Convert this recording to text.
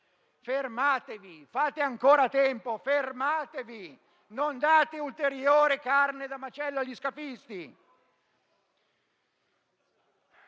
Fermatevi, fate ancora in tempo. Non date ulteriore carne da macello agli scafisti.